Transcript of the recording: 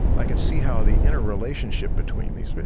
i could see how the inter-relationship between these but